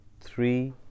three